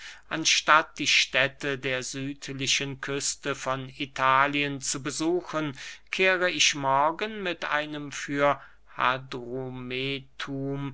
anstatt die städte der südlichen küste von italien zu besuchen kehre ich morgen mit einem für